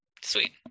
sweet